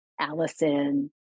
Allison